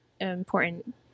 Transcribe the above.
important